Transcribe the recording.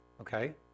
Okay